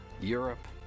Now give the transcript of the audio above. Europe